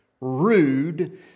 rude